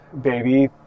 baby